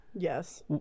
Yes